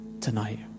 Tonight